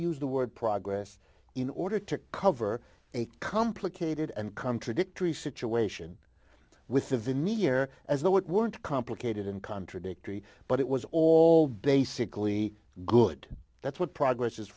the word progress in order to cover a complicated and contradictory situation with the vinny year as though it weren't complicated and contradictory but it was all basically good that's what progress